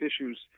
issues